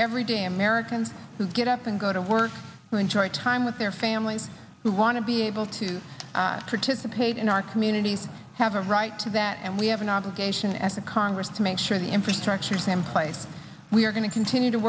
everyday americans who get up and go to work and enjoy time with their families who want to be able to participate in our community have a right to that and we have an obligation as a congress to make sure the infrastructure same place we're going to continue to